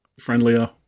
Friendlier